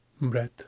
Breath